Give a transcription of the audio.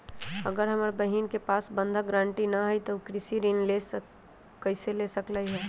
अगर हमर बहिन के पास बंधक गरान्टी न हई त उ कृषि ऋण कईसे ले सकलई ह?